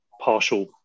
partial